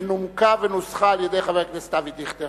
שנומקה ונוסחה על-ידי חבר הכנסת אבי דיכטר.